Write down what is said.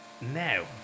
Now